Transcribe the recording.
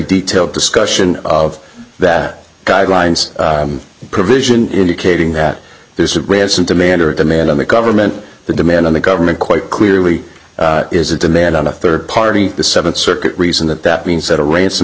detailed discussion of that guidelines provision indicating that there is a ransom demand or a demand on the government the demand on the government quite clearly is a demand on a third party the seventh circuit reason that that means that a ransom